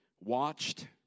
watched